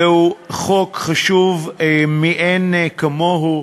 זהו חוק חשוב מאין כמוהו.